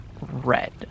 red